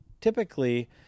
typically